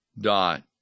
dot